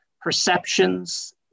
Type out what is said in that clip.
perceptions